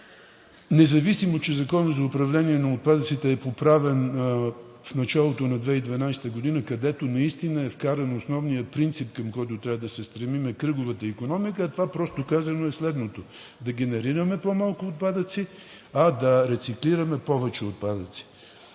Независимо че Законът за управление на отпадъците е поправен в началото на 2012 г., където наистина е вкаран основният принцип, към който трябва да се стремим – на кръговата икономика, това просто казано е следното: да генерираме по-малко отпадъци, а да рециклираме повече отпадъци.